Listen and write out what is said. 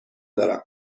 دارم